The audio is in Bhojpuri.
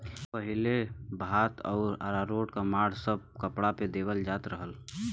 पहिले भात आउर अरारोट क माड़ सब कपड़ा पे देवल जात रहल